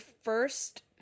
first